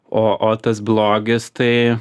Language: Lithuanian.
o o tas blogis tai